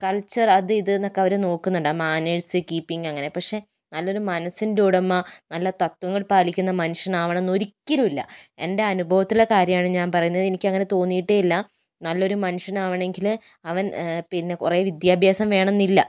culture അത് ഇത് എന്നൊക്കെ നോക്കുന്നുണ്ട് മാനേഴ്സ് കീപ്പിങ് അങ്ങനെ പക്ഷെ നല്ലൊരു മനസ്സിൻ്റെ ഉടമ നല്ല തത്വങ്ങൾ പാലിക്കുന്ന മനുഷ്യനാകണം എന്ന് ഒരിക്കലും ഇല്ല എൻ്റെ അനുഭവത്തിലെ കാര്യമാണ് ഞാൻ പറയുന്നത് എനിക്ക് അങ്ങനെ തോന്നിയിട്ടേ ഇല്ല നല്ലൊരു മനുഷ്യൻ ആവണമെങ്കില് അവൻ പിന്നെ കുറെ വിദ്യഭ്യാസം വേണമെന്ന് ഇല്ല